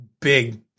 big